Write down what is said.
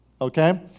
okay